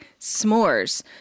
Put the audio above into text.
S'mores